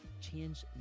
change